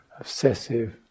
Obsessive